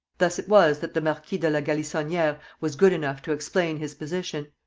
thus it was that the marquis de la galissoniere was good enough to explain his position.